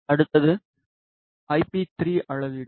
அடுத்தது ஐபி 3 அளவீடு